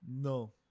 No